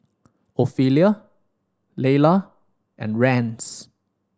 Ophelia Leila and Rance